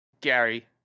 Gary